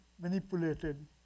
manipulated